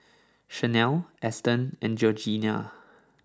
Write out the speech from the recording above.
Shanelle Eston and Georgeanna